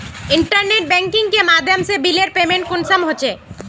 Internet banking के माध्यम से बिलेर पेमेंट कुंसम होचे?